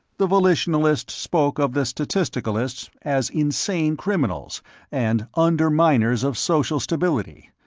the volitionalists spoke of the statisticalists as insane criminals and underminers of social stability,